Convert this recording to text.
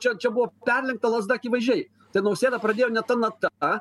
čia čia buvo perlenkta lazda akivaizdžiai tai nausėda pradėjo ne ta nata